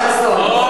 חבר הכנסת חסון,